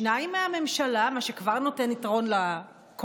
שניים מהממשלה, מה שכבר נותן יתרון לקואליציה,